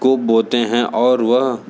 को बोते हैं और वह